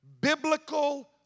biblical